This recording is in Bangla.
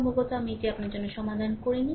সম্ভবত আমি এটি আপনার জন্য সমাধান করিনি